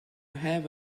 have